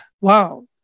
Wow